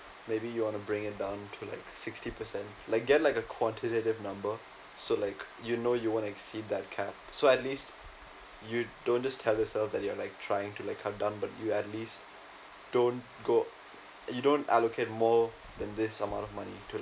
maybe you wanna bring it down to like sixty percent like get like a quantitative number so like you know you won't exceed that cap so at least you don't just tell yourself that you are like trying to like cut down but you at least don't go you don't allocate more than this amount of money to